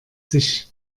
sich